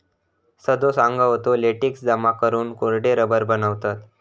सदो सांगा होतो, लेटेक्स जमा करून कोरडे रबर बनवतत